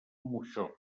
moixó